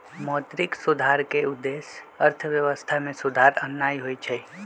मौद्रिक सुधार के उद्देश्य अर्थव्यवस्था में सुधार आनन्नाइ होइ छइ